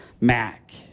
Mac